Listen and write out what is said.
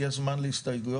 שיהיה זמן להסתייגויות,